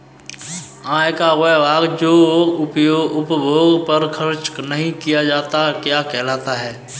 आय का वह भाग जो उपभोग पर खर्च नही किया जाता क्या कहलाता है?